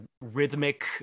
rhythmic